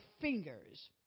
fingers